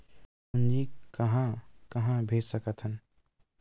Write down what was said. पूंजी कहां कहा भेज सकथन?